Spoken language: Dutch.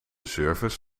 service